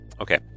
Okay